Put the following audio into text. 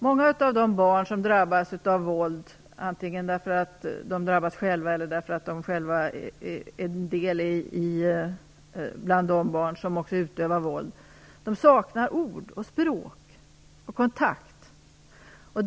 Många av de barn som drabbas av våld - antingen själva eller som utövare av våld - saknar ord, språk och kontakt.